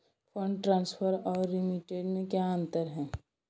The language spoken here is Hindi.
फंड ट्रांसफर और रेमिटेंस में क्या अंतर है?